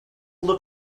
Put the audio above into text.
look